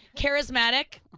charismatic,